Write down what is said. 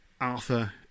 arthur